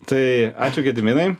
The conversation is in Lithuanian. tai ačiū gediminai